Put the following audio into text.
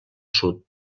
sud